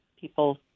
people